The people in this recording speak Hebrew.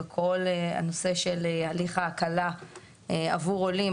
כל הנושא של הליך ההקלה עבור עולים,